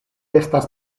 estas